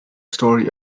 story